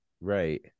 Right